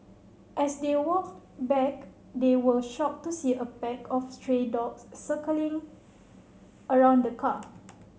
as they walked back they were shocked to see a pack of stray dogs circling around the car